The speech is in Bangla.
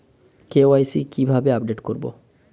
কে.ওয়াই.সি কিভাবে আপডেট করব?